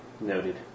Noted